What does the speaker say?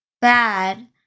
bad